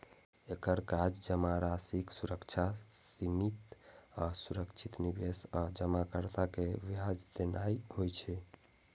एकर काज जमाराशिक सुरक्षा, सीमित आ सुरक्षित निवेश आ जमाकर्ता कें ब्याज देनाय होइ छै